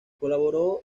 colaboró